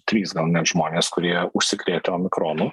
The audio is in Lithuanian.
trys gal net žmonės kurie užsikrėtę omikronu